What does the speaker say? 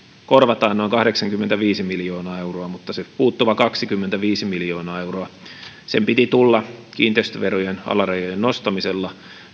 korvataan noin kahdeksankymmentäviisi miljoonaa euroa mutta sen puuttuvan kaksikymmentäviisi miljoonaa euroa piti tulla kiinteistöverojen alarajojen nostamisella